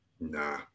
Nah